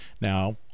Now